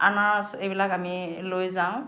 আনাৰস এইবিলাক আমি লৈ যাওঁ